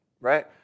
Right